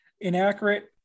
inaccurate